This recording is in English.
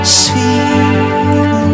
sweet